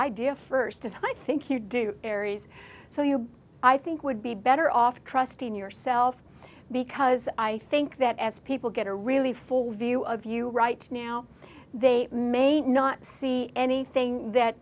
idea first and i think you do aries so you i think would be better off trusting yourself because i think that as people get a really full view of you right now they may not see anything that